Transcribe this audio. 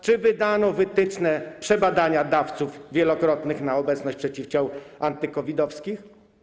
Czy wydano wytyczne dotyczące przebadania dawców wielokrotnych na obecność przeciwciał anty-COVID-owskich?